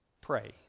pray